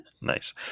Nice